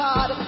God